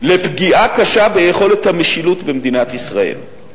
לפגיעה קשה ביכולת המשילות במדינת ישראל.